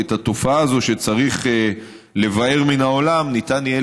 כי את התופעה הזו שצריך להעביר מן העולם ניתן יהיה